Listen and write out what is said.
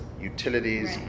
utilities